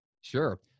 Sure